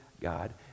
God